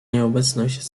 nieobecność